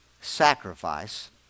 sacrifice